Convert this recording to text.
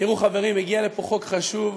תראו חברים, הגיע לפה חוק חשוב.